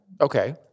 Okay